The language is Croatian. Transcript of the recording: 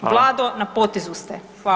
Vlado na potezu ste.